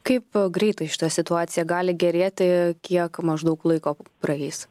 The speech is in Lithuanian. kaip greitai šita situacija gali gerėti kiek maždaug laiko praeis